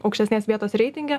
aukštesnės vietos reitinge